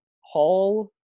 Hall